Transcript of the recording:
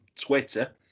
Twitter